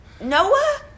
Noah